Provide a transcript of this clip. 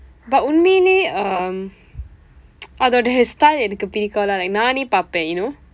but உண்மையிலே:unmayilee um அதோட:athooda style எனக்கு பிடிக்கும்:enakku pidikkum lah like நானே பார்ப்பேன்:naanee paarpeen you know